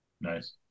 Nice